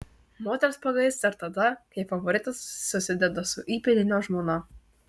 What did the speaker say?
moters pagailsta ir tada kai favoritas susideda su įpėdinio žmona